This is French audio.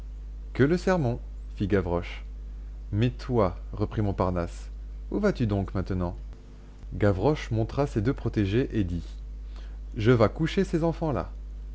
que le sermon fit gavroche mais toi reprit montparnasse où vas-tu donc maintenant gavroche montra ses deux protégés et dit je vas coucher ces enfants-là